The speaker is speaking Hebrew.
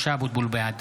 (קורא בשם חבר הכנסת) משה אבוטבול, בעד